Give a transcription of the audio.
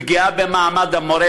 פגיעה במעמד המורה,